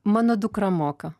mano dukra moka